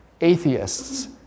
atheists